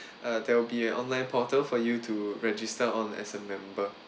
uh there will be an online portal for you to register on as a member